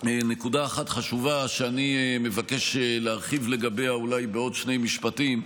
נקודה אחת חשובה שאני מבקש להרחיב עליה בעוד שני משפטים.